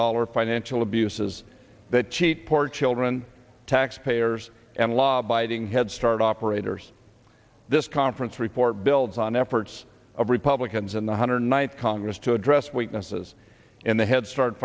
dollar financial abuses that cheat poor children tax payers and law abiding headstart operators this conference report builds on efforts of republicans and one hundred ninth congress to address weaknesses in the headstart